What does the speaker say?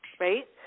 Right